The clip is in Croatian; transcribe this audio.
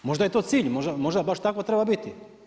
Možda je to cilj, možda baš tako treba biti.